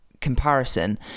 comparison